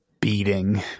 beating